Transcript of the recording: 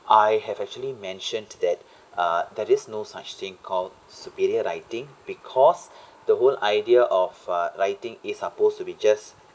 I have actually mentioned that uh there is no such thing called superior writing because the whole idea of uh writing is suppose to be just